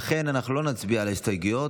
ולכן אנחנו לא נצביע על ההסתייגויות,